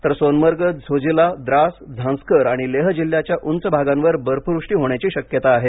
तर सोनमर्ग झोजिला द्रास झांस्कर आणि लेह जिल्ह्याच्या उंच भागांवर बर्फवृष्टी होण्याची शक्यता आहे